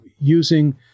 using